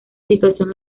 situación